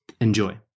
Enjoy